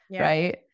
Right